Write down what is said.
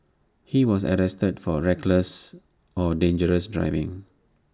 he was arrested for reckless or dangerous driving